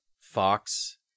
Fox